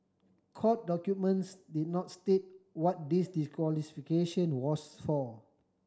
court documents did not state what this disqualification was for